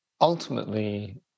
Ultimately